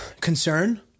concern